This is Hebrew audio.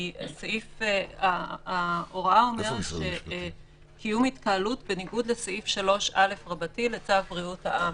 כי ההוראה אומרת: קיום התקהלות בניגוד לסעיף 3א לצו בריאות העם.